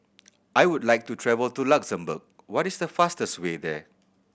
I would like to travel to Luxembourg what is the fastest way there